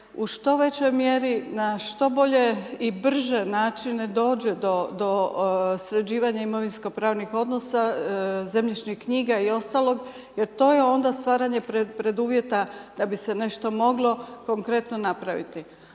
u što većoj mjeri na što bolje i brže načine dođe do sređivanja imovinsko pravnih odnosa, zemljišnih knjiga i ostalog, jer to je onda stvaranje preduvjeta, da bi se nešto moglo konkretno napraviti.